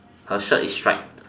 her shirt is striped